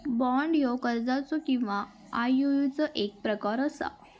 bond ह्यो कर्जाचो किंवा आयओयूचो एक प्रकार असा